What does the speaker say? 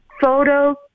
photo